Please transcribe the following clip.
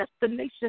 destination